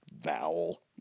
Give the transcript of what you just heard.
vowel